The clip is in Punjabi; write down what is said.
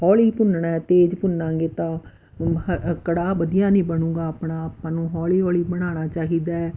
ਹੌਲੀ ਭੁੰਨਣਾ ਤੇਜ਼ ਭੁੰਨਾਂਗੇ ਤਾਂ ਕੜਾਹ ਵਧੀਆ ਨਹੀਂ ਬਣੇਗਾ ਆਪਣਾ ਆਪਾਂ ਨੂੰ ਹੌਲੀ ਹੌਲੀ ਬਣਾਉਣਾ ਚਾਹੀਦਾ